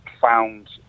found